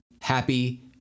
happy